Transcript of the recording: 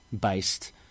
based